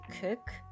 cook